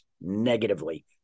negatively